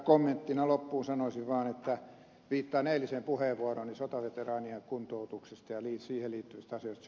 kommenttina loppuun sanoisin vaan että viittaan eiliseen puheenvuorooni sotaveteraanien kuntoutuksesta ja siihen liittyvistä asioista